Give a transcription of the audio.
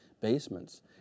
basements